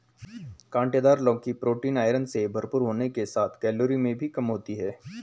काँटेदार लौकी protein, iron से भरपूर होने के साथ कैलोरी में भी कम होती है